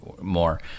more